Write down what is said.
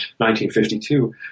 1952